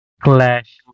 clash